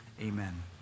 amen